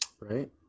Right